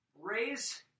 raise